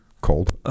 cold